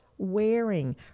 wearing